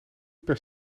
per